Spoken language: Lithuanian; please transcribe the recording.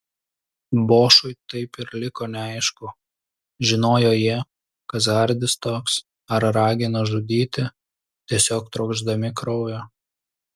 bošui taip ir liko neaišku žinojo jie kas hardis toks ar ragino žudyti tiesiog trokšdami kraujo